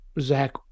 Zach